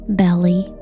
belly